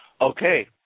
Okay